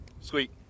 Sweet